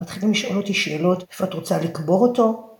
מתחילים לשאול אותי שאלות, איפה את רוצה לקבור אותו?